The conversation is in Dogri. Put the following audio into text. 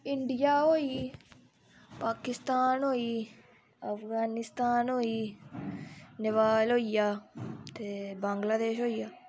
इडियां होई गेई पाकिस्तान होई गेई अफगानीस्तान होई गेई नेपाल होई गेई ते बंगलादेश होई गेआ